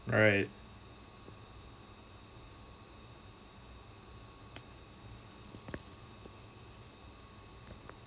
alright